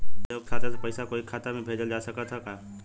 संयुक्त खाता से पयिसा कोई के खाता में भेजल जा सकत ह का?